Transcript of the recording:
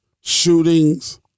shootings